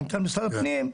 מנכ"ל משרד הפנים,